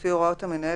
לפי הוראות המנהל,